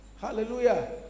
Hallelujah